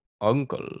uncle